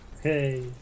Hey